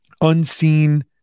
unseen